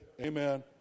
Amen